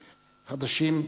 חדשים.